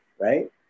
right